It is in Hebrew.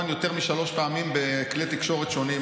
יותר משלוש פעמים בכלי תקשורת שונים.